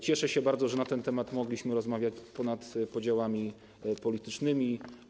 Cieszę się bardzo, że na ten temat mogliśmy rozmawiać ponad podziałami politycznymi.